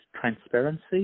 transparency